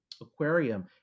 aquarium